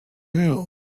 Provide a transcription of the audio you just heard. hill